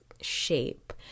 shape